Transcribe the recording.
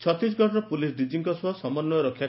ଛତିଶଗଡ଼ର ପୁଲିସ୍ ଡିଜିଙ୍କ ସହ ସମନ୍ୟ ରକ୍